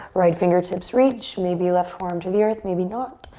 right fingertips reach. maybe left forearm to the earth, maybe not.